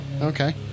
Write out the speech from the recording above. Okay